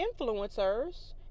influencers